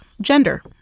gender